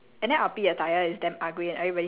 and then they're all like very skinny girls